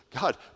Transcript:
God